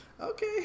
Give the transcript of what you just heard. Okay